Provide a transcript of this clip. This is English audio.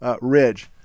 ridge